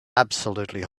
absolutely